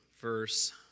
verse